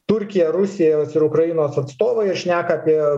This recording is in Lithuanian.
turkija rusijos ir ukrainos atstovai ir šneka apie